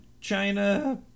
China